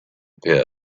pit